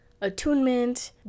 attunement